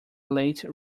late